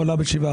הוא עלה ב-7%.